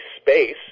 space